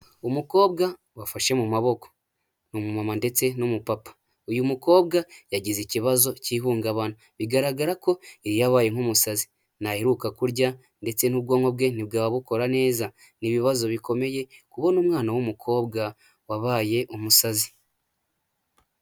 Umukobwa bafashe mu maboko, ni umu mama ndetse n'umupapa. Uyu mukobwa yagize ikibazo k'ihungabana bigaragara ko yari yarabaye nk'umusazi ntaheruka kurya ndetse n'ubwonko bwe ntibwaba bukora neza. ni ibazo bikomeye kubona umwana w'umukobwa wabaye umusazi.